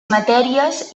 matèries